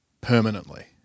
permanently